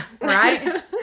right